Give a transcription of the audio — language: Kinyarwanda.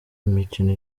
imikino